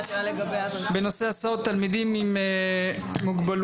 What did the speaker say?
בנושא: הסעות לתלמידים עם מוגבלויות.